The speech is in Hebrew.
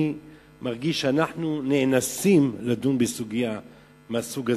אני מרגיש שאנחנו נאנסים לדון בסוגיה מהסוג הזה,